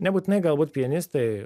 nebūtinai galbūt pianistai